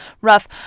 rough